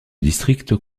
district